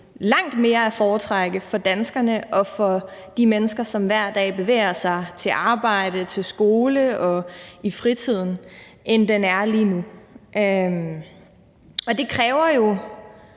langt mere at foretrække for danskerne og for de mennesker, som hver dag bevæger sig til arbejde, til skole og bruger den i fritiden, end den er lige nu. Og det kræver jo